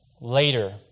later